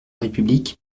république